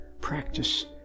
practice